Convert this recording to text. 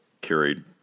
carried